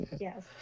yes